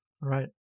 right